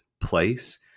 place